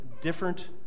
different